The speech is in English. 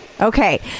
okay